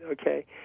okay